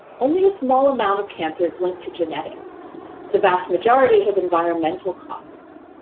only a small amount of cancer is linked to genetics the vast majority has environmental causes.